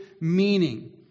meaning